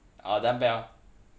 oh dumbbell